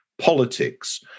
politics